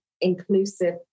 inclusive